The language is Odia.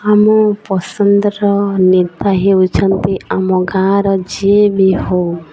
ଆମ ପସନ୍ଦର ନେତା ହେଉଛନ୍ତି ଆମ ଗାଁର ଯିଏ ବି ହଉ